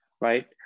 Right